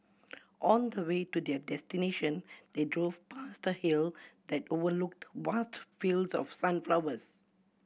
on the way to their destination they drove past a hill that overlooked vast fields of sunflowers